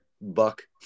Buck